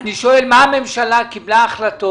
הממשלה קיבלה,